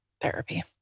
therapy